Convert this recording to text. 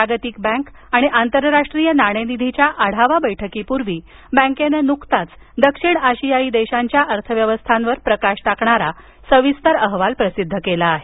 जागतिक बँक आणि आंतरराष्ट्रीय नाणेनिधीच्या आढावा बैठकीपूर्वी बँकेनं नुकताच दक्षिण आशियायी देशांच्या अर्थव्यवस्थांवर प्रकाश टाकणारा सविस्तर अहवाल प्रसिद्ध केला आहे